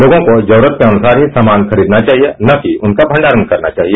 लोगों को जरूरत के अनुसार ही सामान खरीदना चाहिए न कि उनका भंडारण करना चाहिए